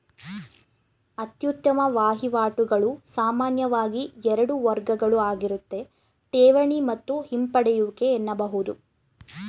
ಅತ್ಯುತ್ತಮ ವಹಿವಾಟುಗಳು ಸಾಮಾನ್ಯವಾಗಿ ಎರಡು ವರ್ಗಗಳುಆಗಿರುತ್ತೆ ಠೇವಣಿ ಮತ್ತು ಹಿಂಪಡೆಯುವಿಕೆ ಎನ್ನಬಹುದು